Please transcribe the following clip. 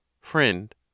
Friend